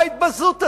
מה ההתבזות הזאת?